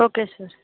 okay sir